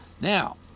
Now